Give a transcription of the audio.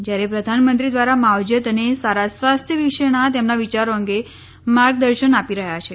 જ્યારે પ્રધાનમંત્રી દ્રારા માવજત અને સારા સ્વાસ્થય વિશેનાં તેમનાં વિયારો અંગે માર્ગદર્શક રહ્યા છે